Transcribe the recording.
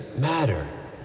Matter